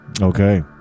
Okay